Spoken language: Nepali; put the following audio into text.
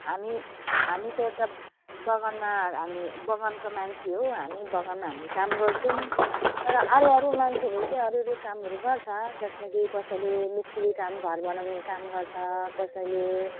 हामी हामी त यता बगानमा हामी बगानको मान्छे हो हामी बगानमा हामी काम गर्छौँ तर अरू अरू मान्छेले चाहिँ अरू अरू कामहरू गर्छ जसमा कि कसैले मिस्त्री काम घर बनाउने काम गर्छ कसैले